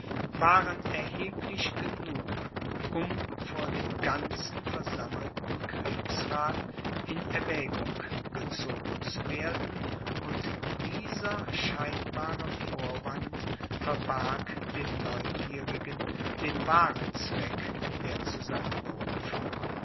waren erheblich genug um vor dem ganzen versammelten kriegsrath in erwägung gezogen zu werden und dieser scheinbare vorwand verbarg den neugierigen den wahren zweck der